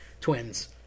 Twins